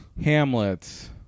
Hamlet